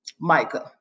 Micah